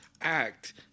act